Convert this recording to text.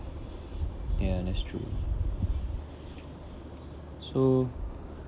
ya that's true so